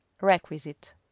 requisite